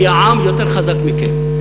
כי העם יותר חזק מכם.